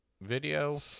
video